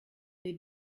les